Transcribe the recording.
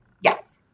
Yes